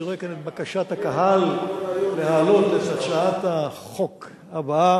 אני רואה כאן את בקשת הקהל להעלות את הצעת החוק הבאה.